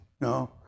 No